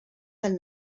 del